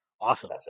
Awesome